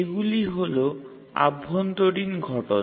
এগুলি হল অভ্যন্তরীণ ঘটনা